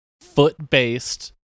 foot-based